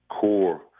core